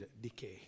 decay